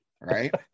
Right